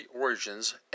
origins